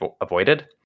avoided